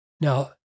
Now